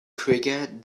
quicker